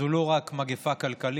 זו לא רק מגפה כלכלית,